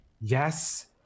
Yes